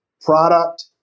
product